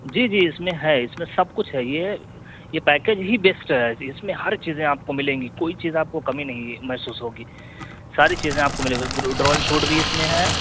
جی جی اس میں ہے اس میں سب کچھ ہے یہ یہ پیکج ہی بیسٹ ہے اس میں ہر چیزیں آپ کو ملیں گی کوئی چیز آپ کو کمی نہیں محسوس ہوگی ساری چیزیں آپ کو ملے گی ڈرون شوٹ بھی اس میں ہے